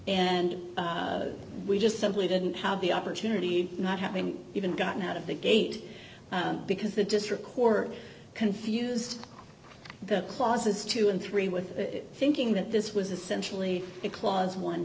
and we just simply didn't have the opportunity not having even gotten out of the gate because the district court confused the clauses two and three with thinking that this was essentially a clause one